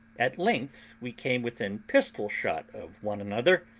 at length we came within pistol-shot of one another,